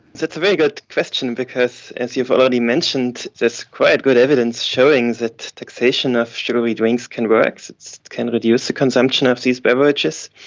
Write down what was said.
that's a very good question because, as you've already mentioned, there's quite good evidence showing that taxation of sugary drinks can work, it can reduce the consumption of these beverages,